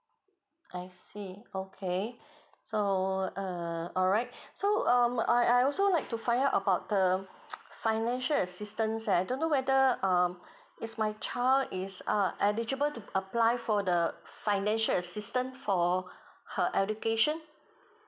I see okay so err alright so um I I also like to find out about the financial assistance I don't know whether um it's my child is ah eligible to apply for the financial assistance for her education